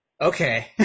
okay